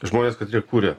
žmonės katrie kuria